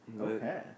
Okay